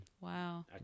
Wow